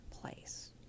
place